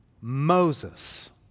Moses